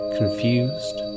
confused